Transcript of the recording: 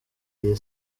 iyi